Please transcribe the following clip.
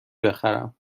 بخرم